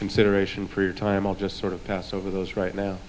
consideration for your time i'll just sort of pass over those right now